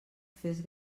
fes